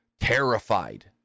terrified